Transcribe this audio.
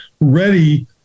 ready